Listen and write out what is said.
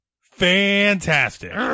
fantastic